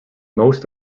most